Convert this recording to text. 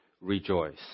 rejoice